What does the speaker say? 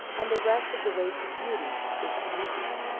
and the rest of the way to beauty is easy.